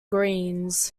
greens